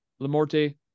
Lamorte